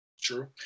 True